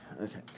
Okay